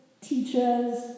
teachers